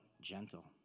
gentle